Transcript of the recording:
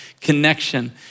connection